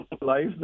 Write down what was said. life